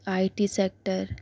I T sector